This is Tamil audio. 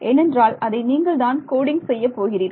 ஏனென்றால் அதை நீங்கள் தான் கோடிங் செய்யப் போகிறீர்கள்